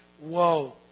whoa